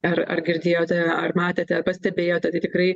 ar ar girdėjote ar matėte pastebėjote tai tikrai